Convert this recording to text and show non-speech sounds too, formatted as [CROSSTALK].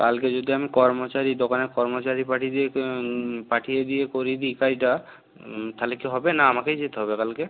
কালকে যদি আমি কর্মচারী দোকানের কর্মচারী পাঠিয়ে দিয়ে [UNINTELLIGIBLE] পাঠিয়ে দিয়ে করিয়ে দিই কাজটা তাহলে কি হবে না আমাকেই যেতে হবে কালকে